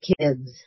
kids